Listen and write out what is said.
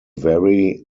vary